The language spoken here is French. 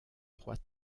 trois